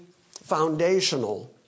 foundational